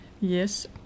Yes